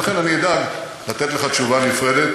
ולכן אני אדאג לתת לך תשובה נפרדת.